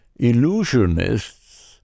illusionists